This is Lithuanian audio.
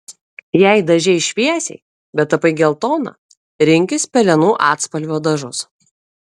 jei dažei šviesiai bet tapai geltona rinkis pelenų atspalvio dažus